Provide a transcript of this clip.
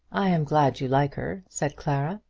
i'm glad you like her, said clara.